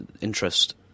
interest